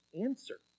answer